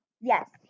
Yes